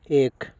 एक